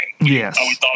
Yes